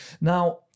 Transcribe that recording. Now